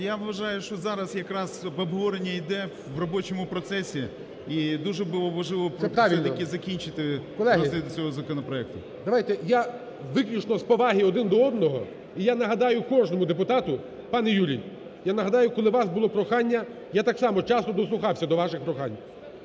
я вважаю, що зараз якраз обговорення іде в робочому процесі і дуже було б важливо все-таки закінчити розгляд цього законопроекту. ГОЛОВУЮЧИЙ. Це правильно. Колеги, давайте, я, виключно з поваги один до одного, і я нагадаю кожному депутату, пане Юрій, я нагадаю, коли у вас було прохання, я так само часто дослухався до ваших прохань.